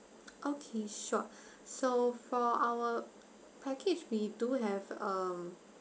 okay sure so for our package we do have um